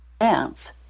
dance